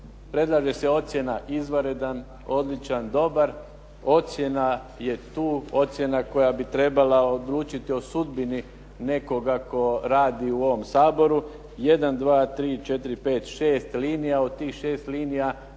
Predlaže se ocjena izvanredan, odlučan, dobar. Ocjena je tu. Ocjena koja bi trebala odlučiti o sudbini nekoga tko radi u ovom Saboru. Jedan, dva, tri, četiri, pet, šest linija,